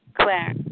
Claire